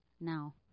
Now